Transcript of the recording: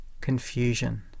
confusion